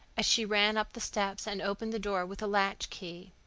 as she ran up the steps and opened the door with a latchkey.